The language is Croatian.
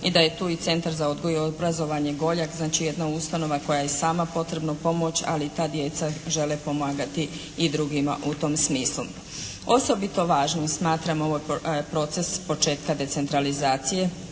i da je tu i Centar za odgoj i obrazovanje Goljak, znači jedna ustanova kojoj je i sama potrebna pomoć, ali i ta djeca žele pomagati i drugima u tom smislu. Osobito važnim smatramo proces početka decentralizacije